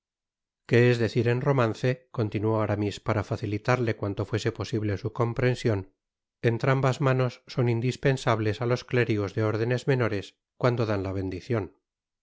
que es deciren romance continuó aramis para facilitarle cuanto fuese posible su comprension entrambas manos son indispensables á los clérigos de órdenes menores cuando dan la bendicion